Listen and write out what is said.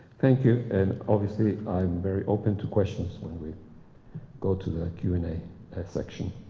thank you. and obviously i'm very open to questions when we go to the q and a section.